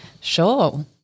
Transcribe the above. Sure